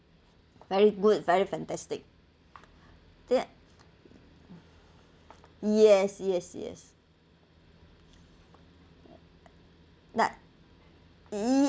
very good very fantastic that yes yes yes